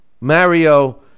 Mario